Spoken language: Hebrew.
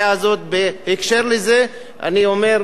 בהקשר זה אני אומר ומזכיר את התקדים,